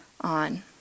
on